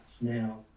now